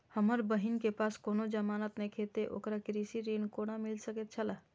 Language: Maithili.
हमर बहिन के पास कोनो जमानत नेखे ते ओकरा कृषि ऋण कोना मिल सकेत छला?